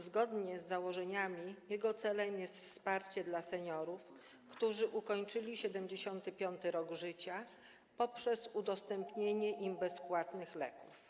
Zgodnie z założeniami jego celem jest wsparcie seniorów, którzy ukończyli 75. rok życia, poprzez udostępnienie im bezpłatnych leków.